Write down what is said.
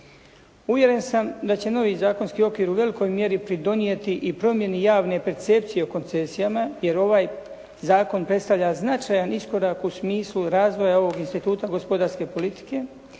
Uvjeren sam da će novi zakonski okvir u velikoj mjeri pridonijeti i promjeni javne percepcije o koncesijama, jer ovaj zakon predstavlja značajan iskorak u smislu razvoja ovog instituta gospodarske politike,